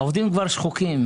העובדים כבר שחוקים.